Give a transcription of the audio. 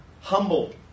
humble